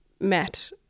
met